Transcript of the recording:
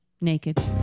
naked